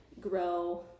grow